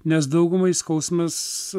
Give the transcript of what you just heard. nes daugumai skausmas